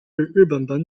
日本